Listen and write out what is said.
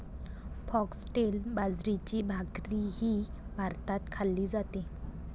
foxtail बाजरीची भाकरीही भारतात खाल्ली जाते